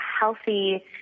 healthy